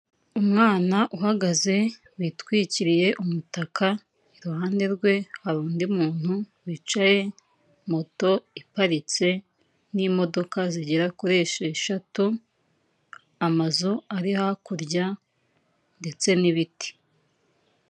Umwana uhagaze witwikiriye umutaka, iruhande rwe hari undi muntu wicaye, moto iparitse n'imodoka zigera kuri esheshatu, amazu ari hakurya ndetse n'ibiti.